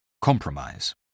Compromise